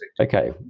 Okay